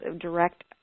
direct